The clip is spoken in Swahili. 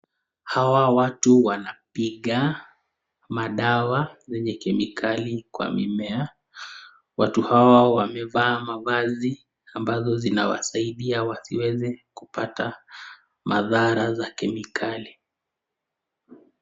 Hawa watu wanapiga madawa zenye kemikali kwa mimea, watu hawa wamevaa mavazi ambazo zinawasaidia wasiweze kupata madhara za kemikali.